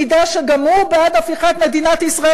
מעידות שגם הוא בעד הפיכת מדינת ישראל